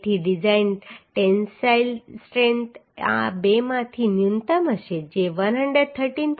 તેથી design tensile strength આ બેમાંથી ન્યૂનતમ હશે જે 113